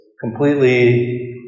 completely